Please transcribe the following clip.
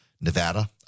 Nevada